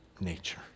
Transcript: nature